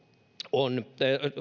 on